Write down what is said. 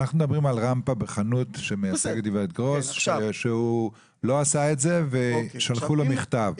אנחנו מדברים על רמפה בחנות שבעל החנות לא עשה אותה ושלחו לו מכתב.